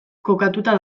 kokatuta